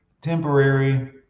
temporary